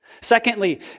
Secondly